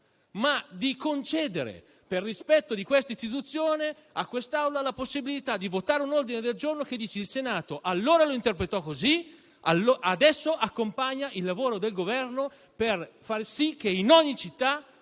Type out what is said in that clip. ma di concedere, per rispetto di questa istituzione, a quest'Assemblea la possibilità di votare un ordine del giorno che dice: il Senato allora lo interpretò così e adesso accompagna il lavoro del Governo, per far sì che in ogni città